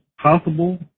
possible